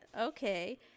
okay